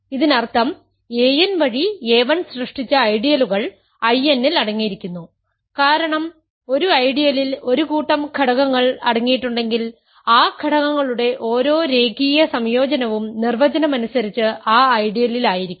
ഇതിനർത്ഥം an വഴി a1 സൃഷ്ടിച്ച ഐഡിയലുകൾ I n ൽ അടങ്ങിയിരിക്കുന്നു കാരണം ഒരു ഐഡിയലിൽ ഒരു കൂട്ടം ഘടകങ്ങൾ അടങ്ങിയിട്ടുണ്ടെങ്കിൽ ആ ഘടകങ്ങളുടെ ഓരോ രേഖീയ സംയോജനവും നിർവചനം അനുസരിച്ച് ആ ഐഡിയലിലായിരിക്കും